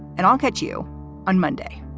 and i'll catch you on monday